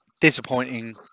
disappointing